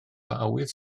awydd